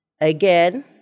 again